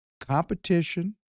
competition